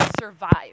survive